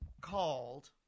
called